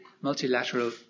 multilateral